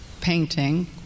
painting